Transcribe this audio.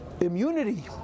immunity